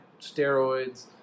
steroids